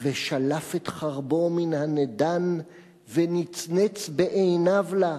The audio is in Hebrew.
ושלף את חרבו מן הנדן ונצנץ בעיניו לה,